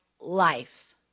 life